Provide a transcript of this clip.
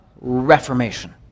reformation